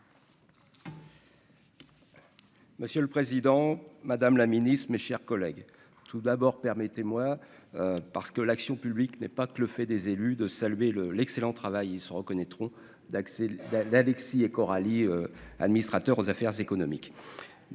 Monsieur le Président, Madame la Ministre, mes chers collègues, tout d'abord permettez-moi parce que l'action publique n'est pas que le fait des élus, de saluer le l'excellent travail, ils se reconnaîtront d'accès d'Alexis et Coralie administrateur aux Affaires économiques,